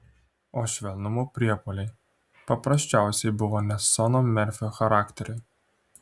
o švelnumo priepuoliai paprasčiausiai buvo ne sono merfio charakteriui